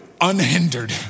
unhindered